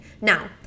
Now